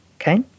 Okay